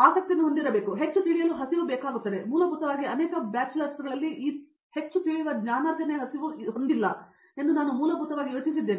ಸಂಶೋಧನೆ ಮಾಡಲು ಜನನ ಆಸಕ್ತಿಯನ್ನು ಹೊಂದಿರಬೇಕು ಹೆಚ್ಚು ತಿಳಿಯಲು ಹಸಿವು ಬೇಕಾಗುತ್ತದೆ ಮತ್ತು ಮೂಲಭೂತವಾಗಿ ಅನೇಕ ಬ್ಯಾಚಿಲ್ಲರ್ಗಳಲ್ಲಿ ಹೊಂದಿಲ್ಲ ಎಂದು ನಾನು ಮೂಲಭೂತವಾಗಿ ಯೋಚಿಸಿದ್ದೇವೆ